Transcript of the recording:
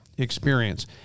Experience